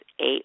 eight